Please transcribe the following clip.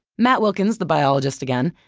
matt wilkins, the biologist again.